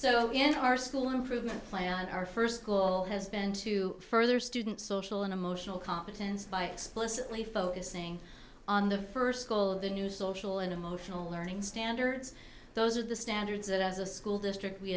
so in our school improvement plan our first goal has been to further student social and emotional competence by explicitly focusing on the first goal of the new social and emotional learning standards those are the standards that as a school district we